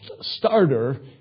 starter